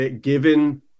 given